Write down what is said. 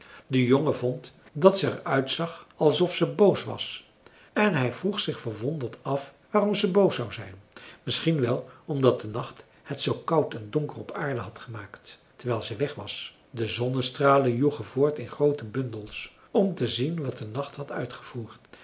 de jongen vond dat ze er uitzag alsof ze boos was en hij vroeg zich verwonderd af waarom ze boos zou zijn misschien wel omdat de nacht het zoo koud en donker op de aarde had gemaakt terwijl ze weg was de zonnestralen joegen voort in groote bundels om te zien wat de nacht had uitgevoerd